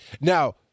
now